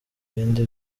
ibindi